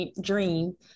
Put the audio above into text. dream